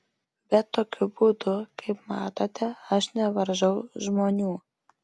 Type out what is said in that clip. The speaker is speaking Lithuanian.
bet tokiu būdu kaip matote aš nevaržau žmonių